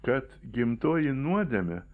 kad gimtoji nuodėmė